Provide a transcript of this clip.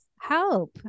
help